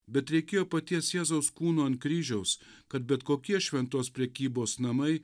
bet reikėjo paties jėzaus kūno ant kryžiaus kad bet kokie šventos prekybos namai